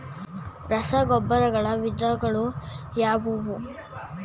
ರಸಗೊಬ್ಬರಗಳ ವಿಧಗಳು ಯಾವುವು?